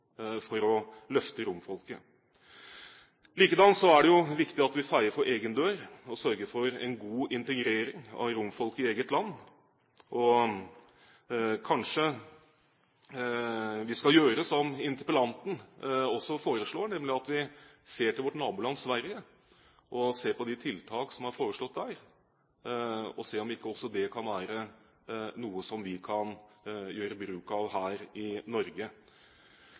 for å løfte romfolket. Likedan er det viktig at vi feier for egen dør og sørger for en god integrering av romfolket i eget land. Kanskje vi skal gjøre som interpellanten også foreslår, nemlig se til vårt naboland Sverige og se på de tiltakene som er foreslått der, om ikke det kan være noe som vi kan gjøre bruk av her i Norge.